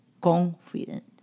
confident